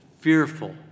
fearful